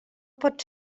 pot